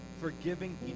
forgiving